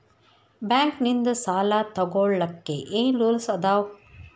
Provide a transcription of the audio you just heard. Bank ನಿಂದ್ ಸಾಲ ತೊಗೋಳಕ್ಕೆ ಏನ್ ರೂಲ್ಸ್ ಅದಾವ?